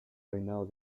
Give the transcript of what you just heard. reinado